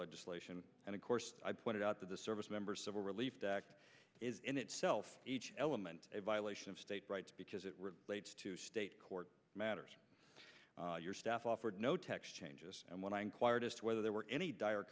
legislation and of course i pointed out that the service members civil relief act is in itself each element a violation of state rights because it relates to state court matters your staff offered no text changes and when i inquired as to whether there were any dire